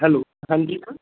hello ਹਾਂਜੀ